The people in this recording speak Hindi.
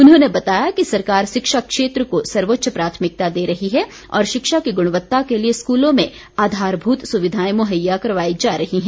उन्होंने बताया कि सरकार शिक्षा क्षेत्र को सर्वोच्च प्राथमिकता दे रही है और शिक्षा की गुणवत्ता के लिए स्कूलों में आधारभूत सुविधाएं मुहैया करवाई जा रही हैं